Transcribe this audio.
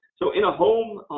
so, in a home,